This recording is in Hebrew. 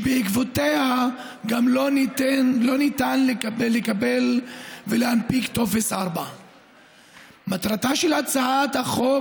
שגם בעקבותיה לא ניתן לקבל ולהנפיק טופס 4. מטרתה של הצעת החוק